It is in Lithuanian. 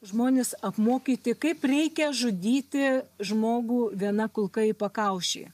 žmonės apmokyti kaip reikia žudyti žmogų viena kulka į pakaušį